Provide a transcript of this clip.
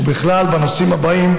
ובכלל זה בנושאים הבאים,